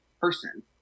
person